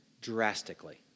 drastically